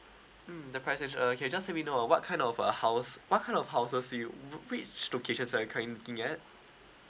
mm the pri~ uh okay just let me know uh what kind of a house what kind of houses you which locations are you currently looking at